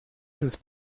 sus